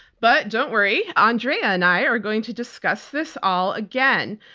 but don't worry, andrea and i are going to discuss this all again.